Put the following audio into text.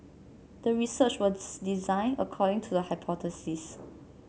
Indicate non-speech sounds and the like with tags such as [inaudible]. the research was [unintelligible] designed according to the hypothesis